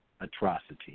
atrocity